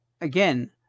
again